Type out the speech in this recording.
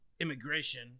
immigration